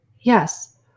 Yes